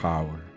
Power